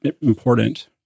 important